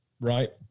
right